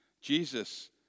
Jesus